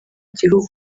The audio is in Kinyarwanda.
gihugu